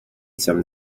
some